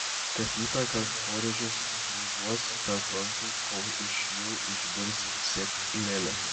kas rytą kankorėžius brūžuos tarp rankų kol iš jų išbirs sėklelės